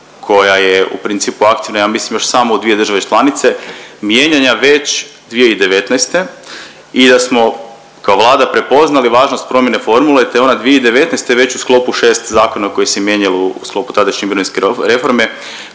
koja je u principu aktivna ja mislim još samo u dvije države članice mijenjana već 2019. i da smo kao Vlada prepoznali važnost promjene formule, te je ona 2019. već u sklopu 6 zakona koje se mijenjalo u sklopu tadašnje mirovinske reforme